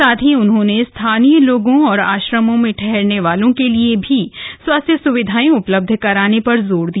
साथ ही उन्होंने स्थानीय लोगों औऱ आश्रमों में ठहरने वालों के लिए भी स्वास्थ्य सुविधाएं उपलब्ध कराने पर जोर दिया